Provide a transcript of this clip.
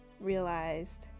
realized